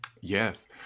Yes